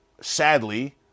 Sadly